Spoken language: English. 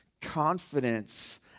Confidence